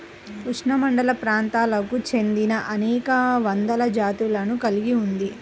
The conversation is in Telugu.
ఉష్ణమండలప్రాంతాలకు చెందినఅనేక వందల జాతులను కలిగి ఉంది